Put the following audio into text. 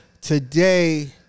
Today